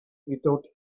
without